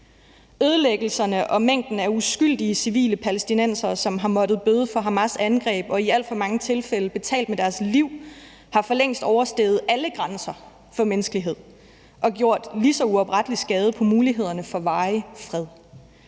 Ødelæggelserne og mængden af uskyldige civile palæstinensere, som har måttet bøde for Hamas' angreb og i alt for mange tilfælde betalt med deres liv, har for længst oversteget alle grænser for menneskelighed og gjort lige så uoprettelig skade på mulighederne for varig fred.